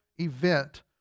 event